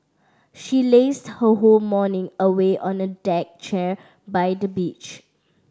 she lazed her whole morning away on a deck chair by the beach